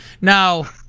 Now